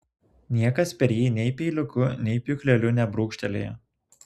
niekas per jį nei peiliuku nei pjūkleliu nebrūkštelėjo